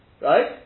right